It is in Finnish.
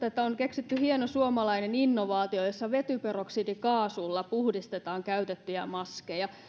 että on keksitty hieno suomalainen innovaatio jossa vetyperoksidikaasulla puhdistetaan käytettyjä maskeja